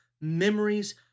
memories